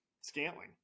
Scantling